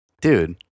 dude